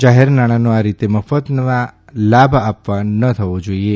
જાહેરનાણાંનો આ રીતે મફતના લાભ આપવા ન થવો જાઇએ